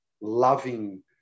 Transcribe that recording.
loving